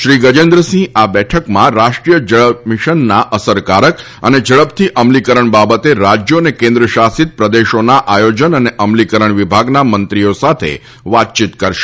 શ્રી ગજેન્દ્રસિંહ આ બેઠકમાં રાષ્ટ્રીય જળમીશનના અસરકારક અને ઝડપથી અમલીકરણ બાબતે રાજ્યો તથા કેન્દ્ર શાસિત પ્રદેશોના આયોજન અને અમલીકરણ વિભાગના મંત્રીઓ સાથે વાતચીત કરશે